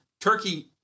Turkey